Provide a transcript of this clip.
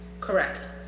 Correct